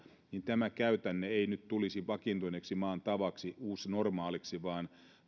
niin tämä käytänne ei tulisi vakiintuneeksi maan tavaksi uusnormaaliksi vaan